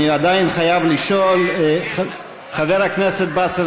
אני עדיין חייב לשאול: חבר הכנסת באסל